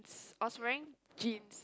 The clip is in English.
I was wearing jeans